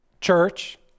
church